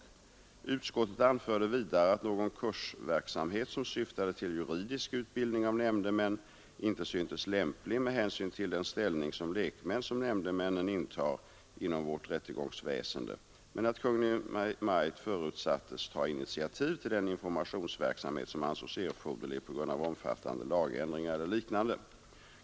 Utskottet anförde vidare att någon kursverksamhet som syftade till juridisk utbildning av nämndemän inte syntes lämplig med hänsyn till den ställning såsom lekmän som nämndemännen intar inom vårt rättegångsväsende, men att Kungl. Maj:t förutsattes ta initiativ till den informationsverksamhet som ansågs erforderlig på grund av omfattande lagändringar eller liknande.